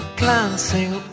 glancing